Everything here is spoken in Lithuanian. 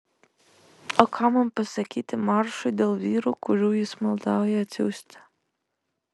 o ką man pasakyti maršui dėl vyrų kurių jis maldauja atsiųsti